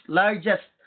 largest